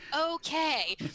okay